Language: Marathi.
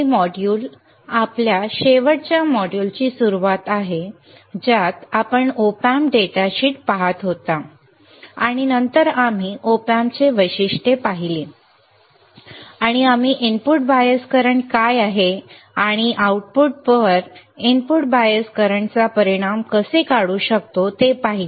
हे मॉड्यूल आमच्या शेवटच्या मॉड्यूलची सुरूवात आहे ज्यात आपण Op Amp डेटा शीट पहात होता आणि नंतर आम्ही Op Amp ची वैशिष्ट्ये पाहत होतो आणि आम्ही इनपुट बायस करंट काय आहे आणि आउटपुटवर इनपुट बायस करंटचा परिणाम कसे काढू शकतो ते पाहिले